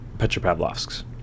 Petropavlovsk's